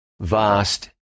vast